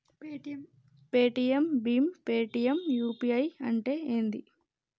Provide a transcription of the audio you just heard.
Paytm భీమ్ Paytm UPI అంటే ఏంది?